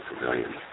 civilians